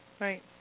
Right